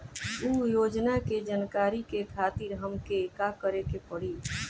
उ योजना के जानकारी के खातिर हमके का करे के पड़ी?